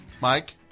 Mike